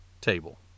table